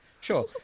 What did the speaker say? Sure